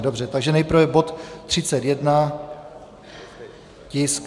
Dobře, takže nejprve bod 31, tisk 509.